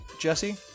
Jesse